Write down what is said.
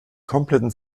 kompletten